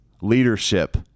leadership